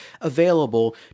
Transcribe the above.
available